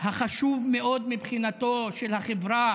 החשוב מאוד מבחינתו של החברה